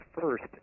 first